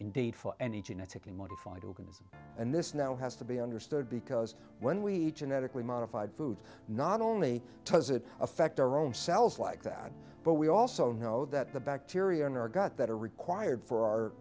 indeed for any genetically modified organism and this now has to be understood because when we each unethically modified food not only does it affect our own cells like that but we also know that the bacteria in our gut that are required for our